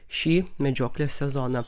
šį medžioklės sezoną